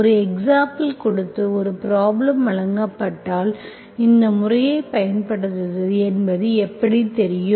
ஒரு எக்சாம்புல் கொடுத்து ஒரு ப்ரப்ளேம் வழங்கப்பட்டால் எந்த முறையைப் பயன்படுத்துவது என்பது எப்படித் தெரியும்